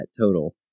total